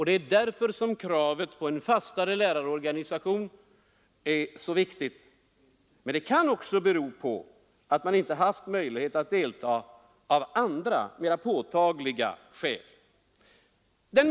Det är därför som kravet på en fastare lärarorganisation är så viktigt. Men den minskande tillströmningen kan också helt enkelt bero på att man av andra och mera påtagliga skäl inte har haft möjlighet att delta.